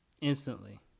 Instantly